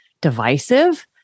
divisive